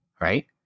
Right